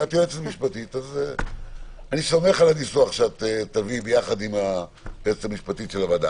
אני סומך על הניסוח שתביאי יחד עם היועצת המשפטית של הוועדה.